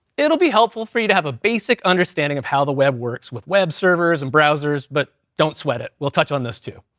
it will be helpful for you to have a basic understanding of how the web works with web servers, and browsers, but don't sweat it. we'll touch on this too.